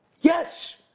Yes